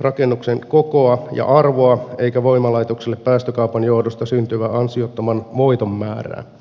rakennuksen kokoa ja arvoa eikä voimalaitoksille päästökaupan johdosta syntyvän ansiottoman voiton määrää